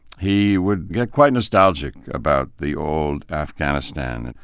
he would get quite nostalgic about the old afghanistan. and